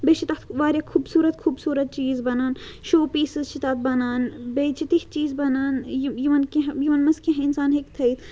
بیٚیہِ چھِ تَتھ واریاہ خوٗبصوٗرت خوٗبصوٗرت چیٖز بَنان شو پیٖسٕز چھِ تَتھ بَنان بیٚیہِ چھِ تِتھۍ چیٖز بَنان یِمَن کینٛہہ یِمَن منٛز کیٚنٛہہ اِنسان ہیٚکہِ تھٲیِتھ